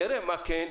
נראה מה כן,